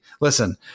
listen